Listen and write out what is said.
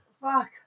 Fuck